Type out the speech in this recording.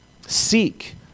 Seek